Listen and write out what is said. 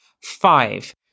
five